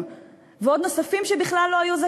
ועדת הכספים באותם ימים,